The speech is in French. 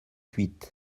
huit